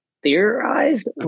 Theorized